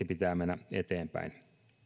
pitää mennä eteenpäin